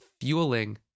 fueling